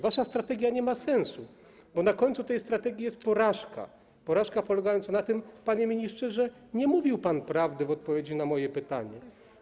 Wasza strategia nie ma sensu, bo na końcu tej strategii jest porażka, porażka polegająca na tym, panie ministrze, że nie mówił pan prawdy w odpowiedzi na moje pytanie.